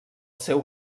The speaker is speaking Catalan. seu